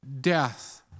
death